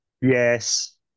yes